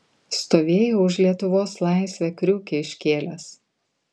stovėjau už lietuvos laisvę kriukį iškėlęs